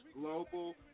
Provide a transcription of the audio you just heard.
global